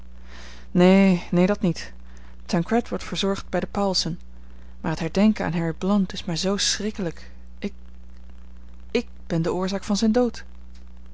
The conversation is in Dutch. neen neen dat niet tancred wordt verzorgd bij de pauwelsen maar t herdenken aan harry blount is mij zoo schrikkelijk ik ik ben de oorzaak van zijn dood